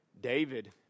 David